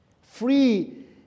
Free